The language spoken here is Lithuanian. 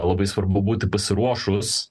labai svarbu būti pasiruošus